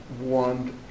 want